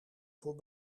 voor